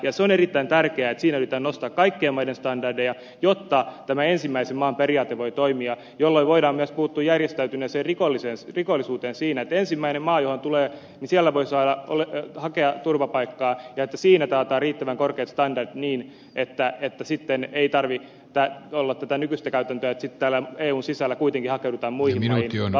se on erittäin tärkeää että siinä yritetään nostaa kaikkien maiden standardeja jotta tämä ensimmäisen maan periaate voi toimia jolloin voidaan myös puuttua järjestäytyneeseen rikollisuuteen siten että ensimmäisessä maassa johon turvapaikanhakija tulee voi hakea turvapaikkaa ja että siinä taataan riittävän korkeat standardit niin että sitten ei tarvitse olla tätä nykyistä käytäntöä että sitten täällä eun sisällä kuitenkin hakeuduttaisiin muihin maihin ja voidaan luottaa järjestelmään